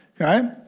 Okay